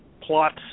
plots